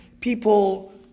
people